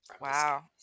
Wow